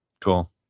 Cool